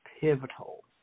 pivotal